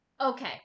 okay